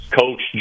coach